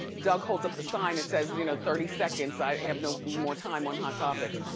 doug holds up the sign and says you know thirty seconds, i have no more time on hot topics.